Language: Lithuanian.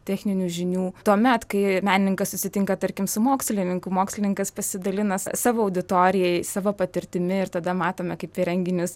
techninių žinių tuomet kai menininkas susitinka tarkim su mokslininku mokslininkas pasidalina sa savo auditorijai savo patirtimi ir tada matome kaip į renginius